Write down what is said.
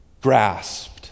grasped